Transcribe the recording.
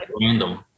random